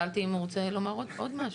שאלתי אם הוא רוצה לומר עוד משהו.